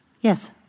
yes